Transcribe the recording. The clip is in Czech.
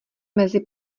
mezi